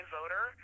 voter